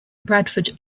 bradford